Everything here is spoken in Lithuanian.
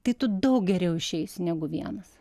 tai tu daug geriau išeisi negu vienas